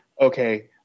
okay